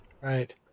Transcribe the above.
Right